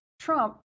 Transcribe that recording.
Trump